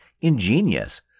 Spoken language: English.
ingenious